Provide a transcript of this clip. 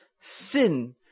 sin